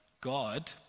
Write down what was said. God